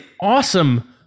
awesome